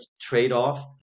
trade-off